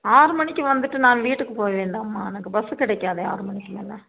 ஆறு மணிக்கு வந்துட்டு நான் வீட்டுக்கு போக வேண்டாமா எனக்கு பஸ்ஸு கிடைக்காதே ஆறு மணிக்கு மேலே